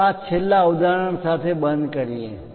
ચાલો આ છેલ્લા ઉદાહરણ સાથે બંધ કરીએ